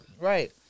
Right